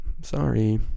Sorry